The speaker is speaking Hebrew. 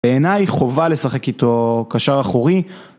בעיניי חובה לשחק איתו קשר אחורי.